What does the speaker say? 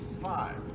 five